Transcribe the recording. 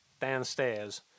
Downstairs